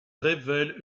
révèle